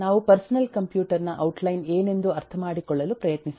ನಾವು personal computer ನ outline ಏನೆಂದು ಅರ್ಥಮಾಡಿಕೊಳ್ಳಲು ಪ್ರಯತ್ನಿಸುತ್ತೇವೆ